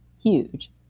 huge